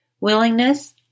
Willingness